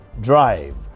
drive